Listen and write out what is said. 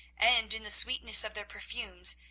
and in the sweetness of their perfumes,